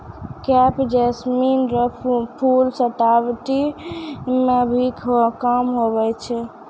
crepe jasmine रो फूल सजावटी मे भी काम हुवै छै